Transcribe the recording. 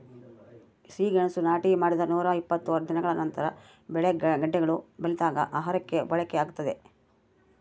ಸಿಹಿಗೆಣಸು ನಾಟಿ ಮಾಡಿದ ನೂರಾಇಪ್ಪತ್ತು ದಿನಗಳ ನಂತರ ಬೆಳೆ ಗೆಡ್ಡೆಗಳು ಬಲಿತಾಗ ಆಹಾರಕ್ಕೆ ಬಳಕೆಯಾಗ್ತದೆ